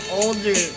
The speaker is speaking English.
older